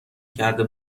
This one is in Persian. کرده